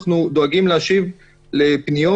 אנחנו דואגים להשיב לפניות,